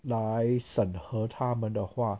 来审核他们的话